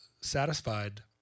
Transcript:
satisfied